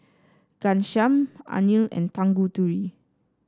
Ghanshyam Anil and Tanguturi